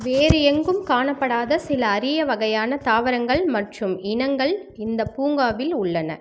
வேறு எங்கும் காணப்படாத சில அரிய வகையான தாவரங்கள் மற்றும் இனங்கள் இந்தப் பூங்காவில் உள்ளன